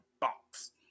box